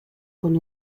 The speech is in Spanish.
con